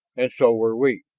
and so were we.